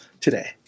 today